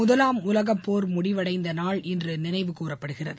முதலாம் உலகப்போர் முடிவடைந்த நாள் இன்று நினைவுகூரப்படுகிறது